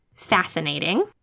fascinating